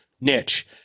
niche